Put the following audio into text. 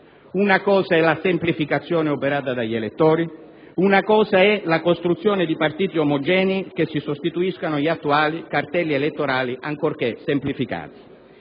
Una cosa è la semplificazione operata dagli elettori, una cosa è la costruzione di partiti omogenei che si sostituiscano agli attuali cartelli elettorali, ancorché semplificati.